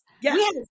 Yes